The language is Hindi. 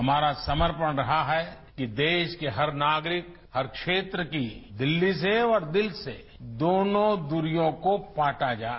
हमारा समर्पण रहा है कि देश के हर नागरिक हर क्षेत्र की दिल्ली से और दिल से दोनों दूरियों को पाटा जाए